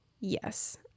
Yes